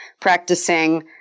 practicing